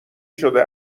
شده